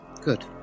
Good